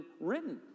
written